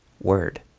Word